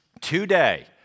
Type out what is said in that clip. today